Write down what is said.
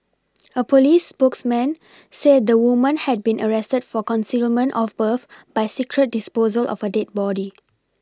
a police spokesman said the woman had been arrested for concealment of birth by secret disposal of a dead body